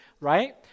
right